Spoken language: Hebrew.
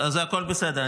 הכול בסדר.